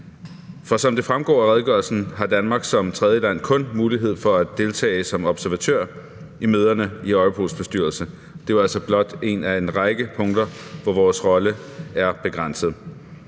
For som det fremgår af redegørelsen, har Danmark som tredjeland kun mulighed for at deltage som observatør i møderne i Europols bestyrelse. Det var altså blot et af en række punkter, hvor vores rolle er begrænset.